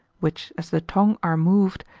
which as the tongue are moved,